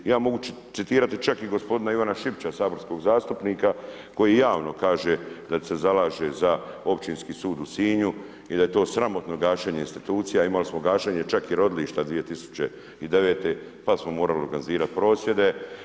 Ja mogu citirati čak i gospodina Ivana Šipića, saborskog zastupnika koji javno kaže da se zalaže za općinski sud u Sinju i da je to sramotno gašenje institucija a imali smo gašenje čak i rodilišta 2009. pa smo morali organizirati prosvjede.